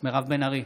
מירב בן ארי,